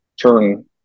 turn